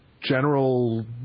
general